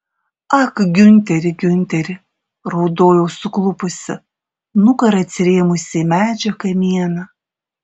ak giunteri giunteri raudojau suklupusi nugara atsirėmusi į medžio kamieną